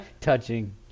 Touching